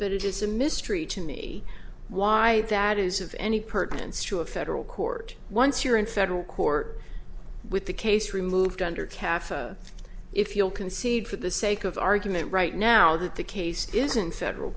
but it is a mystery to me why that is of any pertinence to a federal court once you're in federal court with the case removed under caf if you'll concede for the sake of argument right now that the case isn't federal